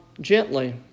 gently